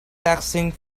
taxing